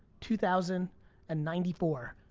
two thousand and ninety four,